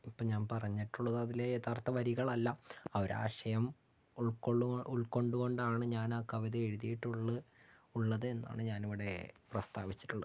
ഇപ്പം ഞാൻ പറഞ്ഞിട്ടുള്ളത് അതിലേ യഥാർത്ഥ വരികളല്ല ഒരാശയം ഉൾകൊള്ളു ഉൾകൊണ്ടുകൊണ്ടാണ് ഞാൻ ആ കവിതയെഴുതിട്ടുള്ള് ഉള്ളത് എന്നാണ് ഞാൻ ഇവിടെ പ്രസ്താപിച്ചിട്ടുള്ളത്